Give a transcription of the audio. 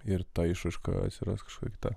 ir ta išraiška atsiras kažkaip ta